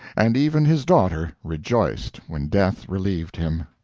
and even his daughter rejoiced when death relieved him.